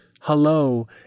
hello